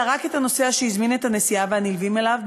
אלא רק את הנוסע שהזמין את הנסיעה והנלווים אליו,